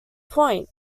point